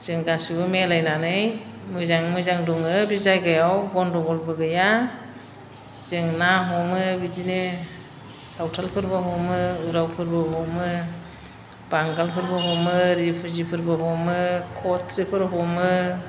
जों गासैबो मिलायनानै मोजां मोजां दंङ बे जायगायाव गन्द'गलबो गैया जों ना हमो बिदिनो सावथालफोरबो हमो उरावफोरबो हमो बांगालफोरबो हमो रिफिउजिफोरबो हमो खथ्रिफोर हमो